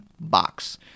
box